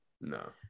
No